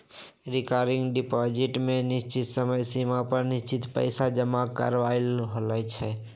recurring deposit में निश्चित समय सिमा पर निश्चित पइसा जमा करानाइ होइ छइ